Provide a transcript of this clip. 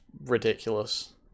ridiculous